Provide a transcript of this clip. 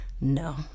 No